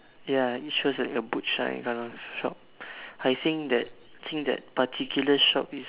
ya think shows like a butch kind of shop I think that I think that particular shop is